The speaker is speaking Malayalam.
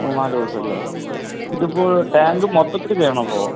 മൂന്ന് നാല് ദിവസം അല്ലേ ഇതിപ്പോൾ ടാങ്ക് മൊത്തത്തില് ചെയ്യണം അപ്പോൾ